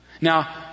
Now